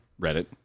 Reddit